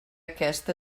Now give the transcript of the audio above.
aquest